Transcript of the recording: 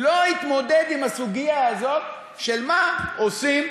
לא התמודד עם הסוגיה הזאת, של מה עושים